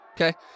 Okay